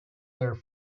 their